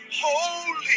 holy